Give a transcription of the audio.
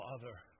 Father